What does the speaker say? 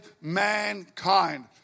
mankind